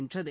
வென்றது